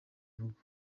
urugo